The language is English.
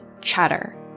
Chatter